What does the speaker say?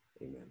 Amen